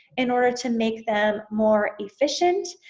in order to make them more efficient